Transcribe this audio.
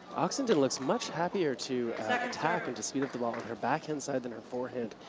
oxenden looks much happier to tap and to speed up the ball in her backhand side than her forehand.